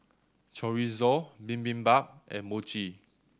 Chorizo Bibimbap and Mochi